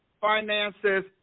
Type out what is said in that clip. finances